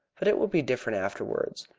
but it will be different afterwards.